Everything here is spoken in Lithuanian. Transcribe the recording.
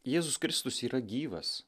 jėzus kristus yra gyvas